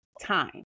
time